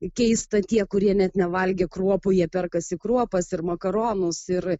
keista tie kurie net nevalgė kruopų jie perkasi kruopas ir makaronus ir